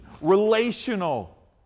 relational